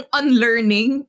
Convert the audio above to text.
unlearning